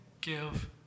give